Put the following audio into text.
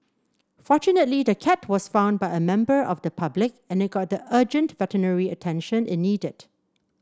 fortunately the cat was found by a member of the public and it got the urgent veterinary attention it needed